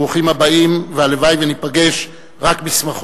ברוכים הבאים והלוואי שניפגש רק בשמחות.